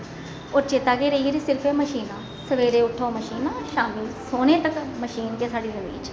होर चेता केह् रेही गेदा कि सिर्फ एह् मशीना सवेरे उट्ठो मशीना शामी सोने तकर मशीन गै साढ़ी जिंदगी च